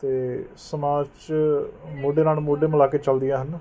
ਅਤੇ ਸਮਾਜ 'ਚ ਮੋਢੇ ਨਾਲ਼ ਮੋਢੇ ਮਿਲਾ ਕੇ ਚੱਲਦੀਆਂ ਹਨ